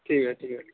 ٹھیک ہے ٹھیک ہے